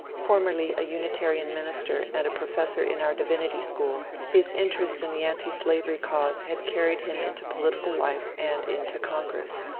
formerly a unitarian minister and a pro fessor in our dirinity school, his interest in the antislavery cause had carried him into political life and into congress.